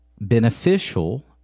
beneficial